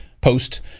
post